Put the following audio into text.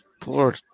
Poor